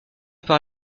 par